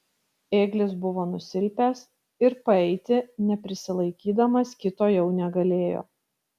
ėglis buvo nusilpęs ir paeiti neprisilaikydamas kito jau negalėjo